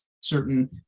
certain